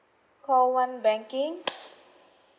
call one banking